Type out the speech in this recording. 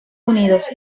unidos